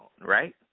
right